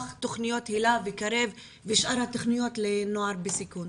תוכניות היל"ה ו"קרב" ושאר התוכניות לנוער בסיכון.